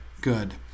good